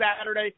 Saturday